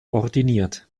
ordiniert